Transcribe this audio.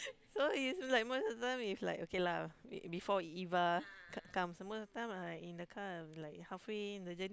cause is like most of the time is like okay lah before Eva come comes semua time I I in the car I'm like halfway in the journey